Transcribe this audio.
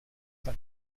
that